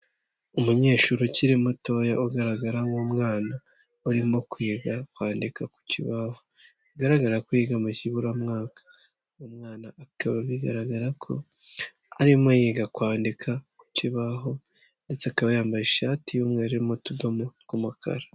Umunyeshuri ukiri mutoya ugaragara nk'umwana, urimo kwiga kwandika ku kibaho, bigaragara ko yiga mu kiburamwaka, umwana akaba bigaragara ko arimo yiga kwandika ku kibaho ndetse akaba yambaye ishati y'umweru irimo utudomo tw'umukara.